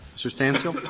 so stancil